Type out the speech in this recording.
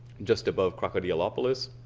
just above crocodilopolis